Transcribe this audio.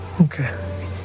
Okay